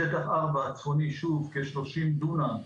שטח 4 צפוני, כ-30 דונם,